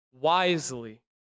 wisely